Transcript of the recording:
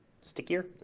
stickier